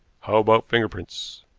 how about finger-prints?